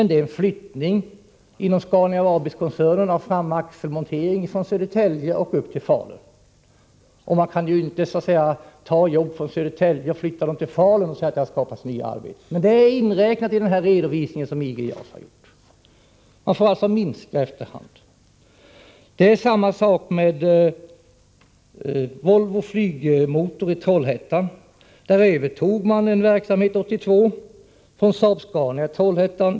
Det är en flyttning inom Scania Vabis-koncernen av framaxelmontering från Södertälje till Falun. Man kan inte ta jobb från Södertälje och flytta dem till Falun och säga att det därmed har skapats nya arbetstillfällen. Men det är inräknat i den redovisning som IGJAS har gjort. h Det är samma sak med Volvo Flygmotor i Trollhättan. Där övertog man år 1982 en verksamhet från Saab-Scania i Trollhättan.